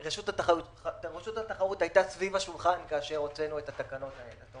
רשות התחרות הייתה סביב השולחן כאשר הוצאנו את התקנות האלו.